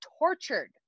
tortured